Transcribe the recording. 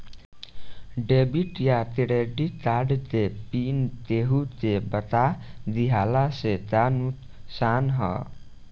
Debit या credit card PIN केहूके बता दिहला से का नुकसान ह?